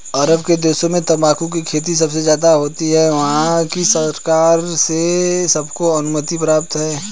अरब के देशों में तंबाकू की खेती सबसे ज्यादा होती है वहाँ की सरकार से उनको अनुमति प्राप्त है